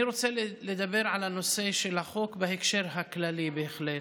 אני רוצה לדבר על הנושא של החוק בהקשר הכללי בהחלט.